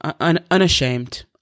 unashamed